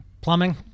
plumbing